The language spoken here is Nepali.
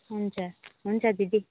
हुन्छ हुन्छ दिदी